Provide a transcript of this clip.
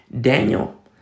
Daniel